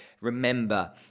Remember